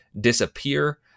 disappear